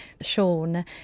sean